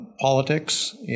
politics